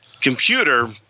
computer